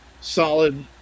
solid